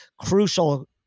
crucial